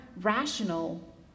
rational